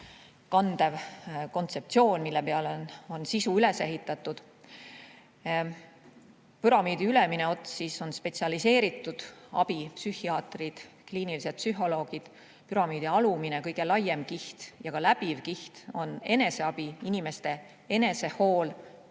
kandev kontseptsioon, mille peale on sisu üles ehitatud. Püramiidi ülemine ots on spetsialiseeritud abi – psühhiaatrid, kliinilised psühholoogid –, püramiidi alumine, kõige laiem kiht ja läbiv kiht on eneseabi, inimeste enesehool